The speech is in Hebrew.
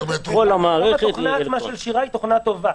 התוכנה עצמה של שיר"ה היא טובה.